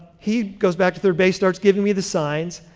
he goes back to third base, starts giving me the signs,